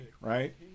right